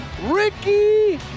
Ricky